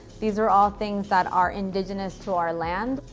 these are all things that are indigenous to our land,